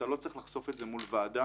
אתה לא צריך לחשוף את זה מול ועדה